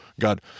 God